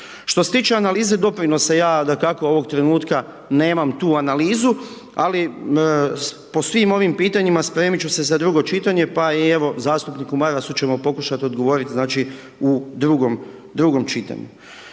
Što se tiče analize doprinosa, ja dakako ovoga trenutka nemam tu analizu, ali po svim ovim pitanjima spremit ću se za drugo čitanje, pa evo i zastupniku Marasu ćemo pokušati odgovoriti, znači, u